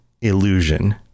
Illusion